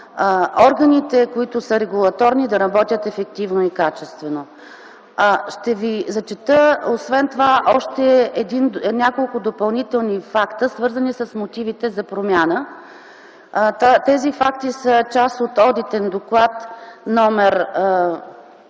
органите, които се регулаторни, да работят ефективно и качествено. Ще ви зачета освен това още няколко допълнителни факта, свързани с мотивите за промяна. Тези факти са част от одитен доклад, №